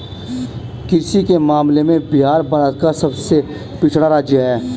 कृषि के मामले में बिहार भारत का सबसे पिछड़ा राज्य है